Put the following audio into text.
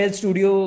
studio